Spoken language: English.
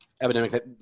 epidemic